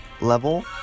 Level